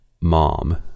mom